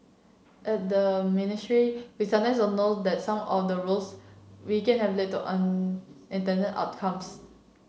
at the ministry we sometimes don't know that some of the rules we can have lead to unintended outcomes